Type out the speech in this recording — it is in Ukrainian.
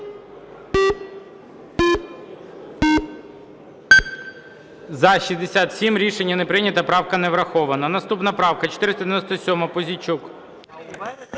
За-67 Рішення не прийнято. Правка не врахована. Наступна правка 497, Пузійчук.